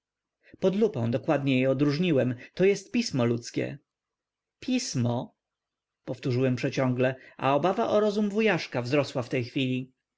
pod lupą dokładnie je odróżniłem to jest pismo ludzkie pismo powtórzyłem przeciągle a obawa o rozum wujaszka wzrosła w tej chwili